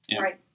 Right